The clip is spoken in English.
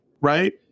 Right